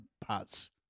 parts